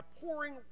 pouring